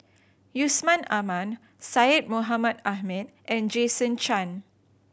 Yusman Aman Syed Mohamed Ahmed and Jason Chan